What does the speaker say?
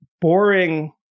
boring